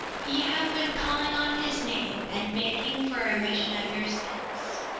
ye have been calling on his name, and begging for a remission of your sins.